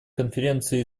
конференции